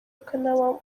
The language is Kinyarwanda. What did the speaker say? akanaba